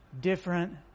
different